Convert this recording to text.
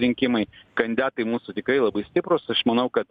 rinkimai kandidatai mūsų tikrai labai stiprūs aš manau kad